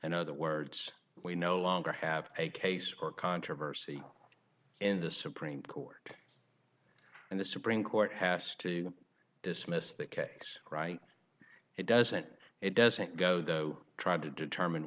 in other words we no longer have a case or controversy in the supreme court and the supreme court has to dismiss the case right it doesn't it doesn't go though trying to determine